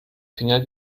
finger